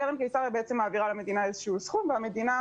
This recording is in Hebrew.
קרן קיסריה מעבירה למדינה איזשהו סכום והממשלה